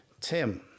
Tim